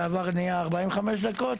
זה כבר נהיה 45 דקות,